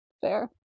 fair